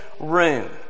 room